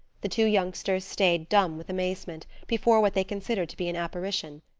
the two youngsters stayed dumb with amazement before what they considered to be an apparition.